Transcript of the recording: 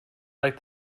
like